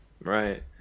Right